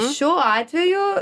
šiuo atveju